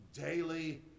daily